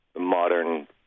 modern